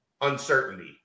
uncertainty